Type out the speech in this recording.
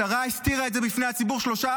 השרה הסתירה את זה מפני הציבור שלושה